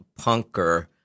punker